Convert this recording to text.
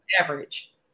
average